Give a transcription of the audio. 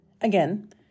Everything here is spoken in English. Again